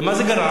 ולמה זה גרם?